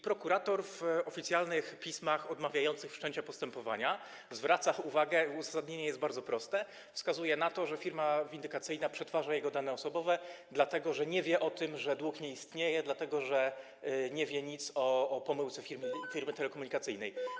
Prokurator w oficjalnych pismach odmawiających wszczęcia postępowania zwraca uwagę - uzasadnienie jest bardzo proste - i wskazuje na to, że firma windykacyjna przetwarza jego dane osobowe, dlatego że nie wie o tym, że dług nie istnieje, dlatego że nie wie nic o pomyłce firmy telekomunikacyjnej.